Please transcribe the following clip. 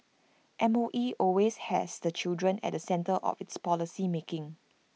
M O E always has the child at the centre of its policy making